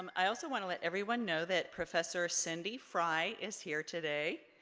um i also want to let everyone know that professor cindy fry is here today.